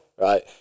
right